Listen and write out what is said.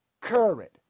Current